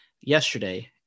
yesterday